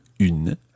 une